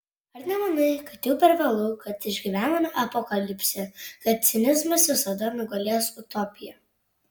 ar nemanai kad jau per vėlu kad išgyvename apokalipsę kad cinizmas visada nugalės utopiją